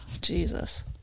Jesus